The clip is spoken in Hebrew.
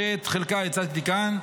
שאת חלקה הצגתי כאן,